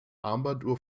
armbanduhr